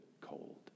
cold